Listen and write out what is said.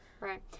Right